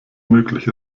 möglich